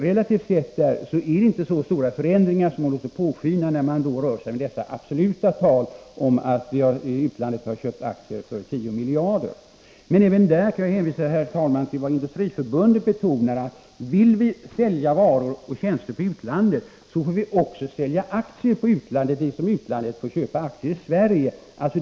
Relativt sett är det inte så stora förändringar som man låter påskina när man rör sig med dessa absoluta tal om att utlandet har köpt aktier för 10 miljarder. Men även här kan jag hänvisa till vad Industriförbundet betonar: Vill vi sälja varor och tjänster på utlandet, får vi också sälja aktier på utlandet liksom utlandet får sälja aktier i Sverige.